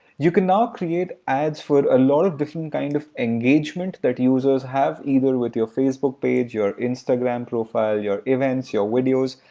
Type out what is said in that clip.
you can now create ads for a lot of different kind of engagement that users have either with your facebook page, your instagram profile, your events your videos.